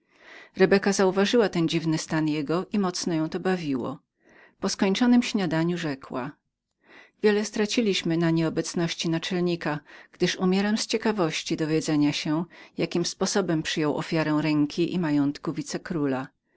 rebeka uważała ten dziwny stan jego i mocno ją to bawiło po skończonem śniadaniu rzekła wiele straciliśmy na nieobecności naczelnika gdyż umierałam z ciekawości dowiedzenia się jakim sposobem przyjął ofiarę ręki i majątku